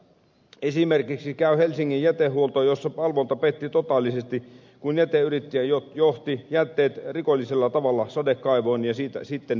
esimerkiksi käy helsingin jätehuolto jossa valvonta petti totaalisesti kun jäteyrittäjä johti jätteet rikollisella tavalla sadekaivoon ja siitä sitten vesistöön